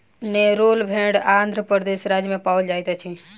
नेल्लोर भेड़ आंध्र प्रदेश राज्य में पाओल जाइत अछि